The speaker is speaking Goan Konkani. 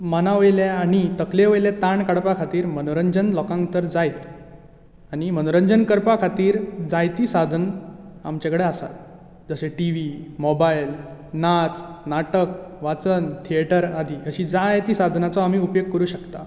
मना वयलें आनी तकलें वयलें ताण काडपा खातीर मनोरंजन लोकांक तर जायत आनी मनोरंजन करपाक खातीर जायतीं साधन आमचे कडेन आसात जशें टिवी मोबायल नाच नाटक वाचन थटर आदी अशीं जाय तीं साधनांचो आमी उपेग करूंक शकतात